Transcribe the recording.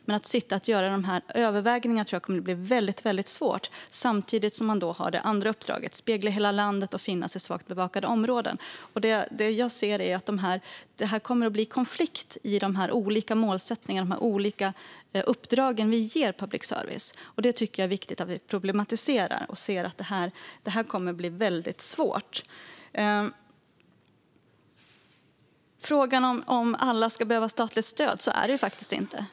Jag tror att det kommer att bli väldigt svårt att sitta och göra de här övervägandena samtidigt som man har det andra uppdraget: att spegla hela landet och att finnas i svagt bevakade områden. Jag ser att det kommer att bli en konflikt mellan de olika målsättningar och uppdrag vi ger public service, och jag tycker att det är viktigt att vi problematiserar detta och inser att det kommer att bli svårt. När det gäller frågan att alla ska behöva statligt stöd är det faktiskt inte så.